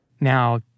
Now